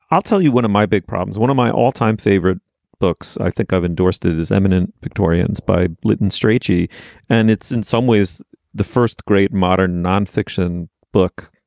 i'll tell you, one of my big problems, one of my all time favorite books, i think i've endorsed it as eminent victorians by litten straightly. and it's in some ways the first great modern nonfiction book,